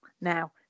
Now